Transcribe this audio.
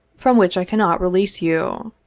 from which i cannot release you.